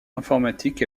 informatique